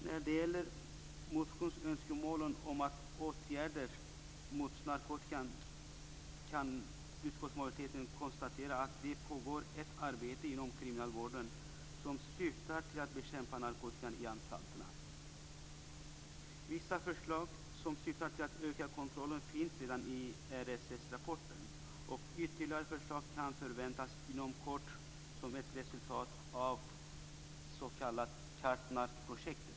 När det gäller motionsönskemålen om åtgärder mot narkotikan kan utskottsmajoriteten konstatera att det pågår ett arbete inom kriminalvården som syftar till att bekämpa narkotikan i anstalterna. Vissa förslag som syftar till att öka kontrollen finns redan i RSS rapporten, och ytterligare förslag kan förväntas inom kort som ett resultat av KARTNARK-projektet.